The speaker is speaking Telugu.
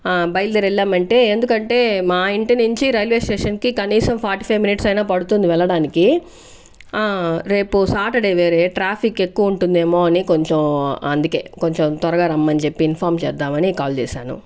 ఆ బయలుదేరి వెళ్ళామంటే ఎందుకంటే మా ఇంటి నించి రైల్వే స్టేషన్ కి కనీసం ఫార్టీ ఫైవ్ మినిట్స్ అయినా పడుతుంది వెళ్ళడానికి ఆ రేపు సాటర్డే వేరే ట్రాఫిక్ ఎక్కువ ఉంటుందేమో అని కొంచెం అందుకే కొంచెం త్వరగా రమ్మని చెప్పి ఇన్ఫార్మ్ చేద్దామని కాల్ చేశాను